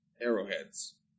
arrowheads